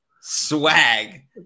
swag